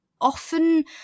often